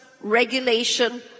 regulation